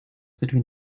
between